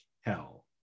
hell